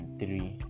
three